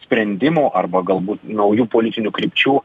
sprendimų arba galbūt naujų politinių krypčių